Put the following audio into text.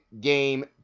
Game